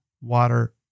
water